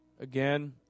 Again